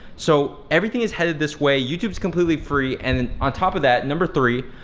so everything is headed this way, youtube's completely free, and then on top of that, number three,